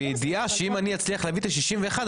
בידיעה שאם אני אצליח להביא את ה- 61,